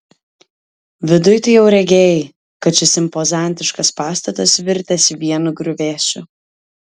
viduj tai jau regėjai kad šis impozantiškas pastatas virtęs vienu griuvėsiu